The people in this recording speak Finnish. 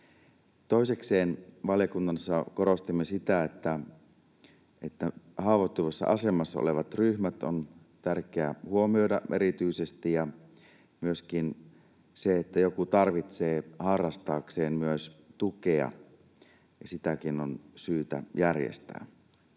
Toisekseen valiokunnassa korostimme sitä, että erityisesti haavoittuvassa asemassa olevat ryhmät on tärkeä huomioida, ja myöskin sitä, että joku tarvitsee harrastaakseen myös tukea ja sitäkin on syytä järjestää.